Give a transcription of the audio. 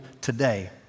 today